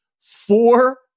four